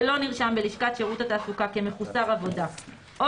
ולא נרשם בלשכת שירות התעסוקה כמחוסר עבודה או